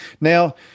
now